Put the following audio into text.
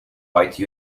white